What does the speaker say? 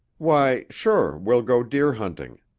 why, sure we'll go deer hunting.